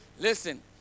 Listen